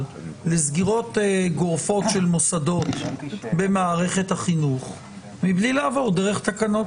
לסגירות גורפות של מוסדות במערכת החינוך מבלי לעבור דרך תקנות?